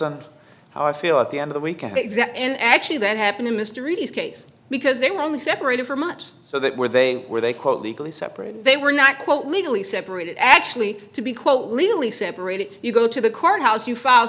on how i feel at the end of the weekend exactly and actually that happened in mysteries case because they were only separated for much so that where they were they quote legally separated they were not quote legally separated actually to be quote legally separated you go to the courthouse you file